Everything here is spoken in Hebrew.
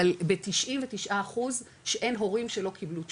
אבל ב- 99 אחוז שאין הורים שלא קיבלו תשובה,